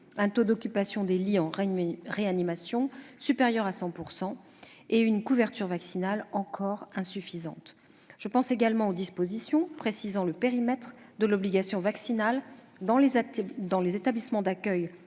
un taux d'occupation des lits de réanimation supérieur à 100 % et une couverture vaccinale encore insuffisante. Je pense également aux dispositions précisant le périmètre de l'obligation vaccinale dans les établissements d'accueil